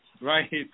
right